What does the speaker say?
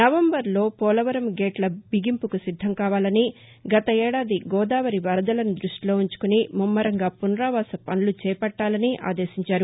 నవంబరులో పోలవరం గేట్ల బిగింపుకు సిర్దం కావాలనిగత ఏడాది గోదావరి వరదలను దృష్టిలో ఉంచుకుని ముమ్మరంగా పునరావాస పనులను చేపట్టాలని ఆదేశించారు